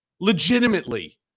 legitimately